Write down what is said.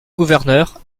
gouverneur